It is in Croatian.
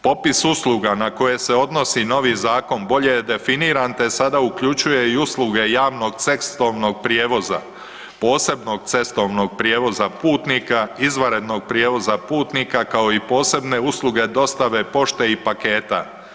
Popis usluga na koje se odnosi novi zakon bolje je definiran te sada uključuje i usluge javnog cestovnog prijevoza, posebnog cestovnog prijevoza putnika, izvanrednog prijevoza putnika kao i posebne usluge dostave pošte i paketa.